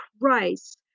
price